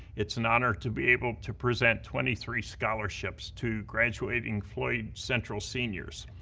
it's an honor to be able to present twenty three scholarships to graduating floyd central seniors.